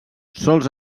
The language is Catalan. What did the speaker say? sols